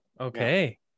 Okay